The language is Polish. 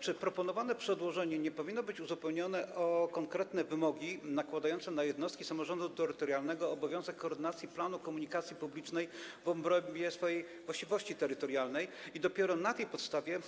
Czy proponowane przedłożenie nie powinno być uzupełnione o konkretne wymogi nakładające na jednostki samorządu terytorialnego obowiązek koordynacji planu komunikacji publicznej w obrębie swojej właściwości terytorialnej i dopiero na tej podstawie